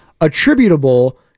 attributable